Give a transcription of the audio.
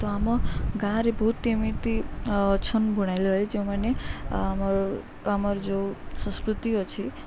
ତ ଆମ ଗାଁରେ ବହୁତ ଏମିତି ଅଛନ ବୁଣାଲି ଭାଇ ଯେଉଁମାନେ ଆମର ଆମର ଯେଉଁ ସଂସ୍କୃତି ଅଛି